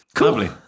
Lovely